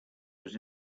was